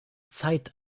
zeit